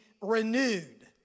renewed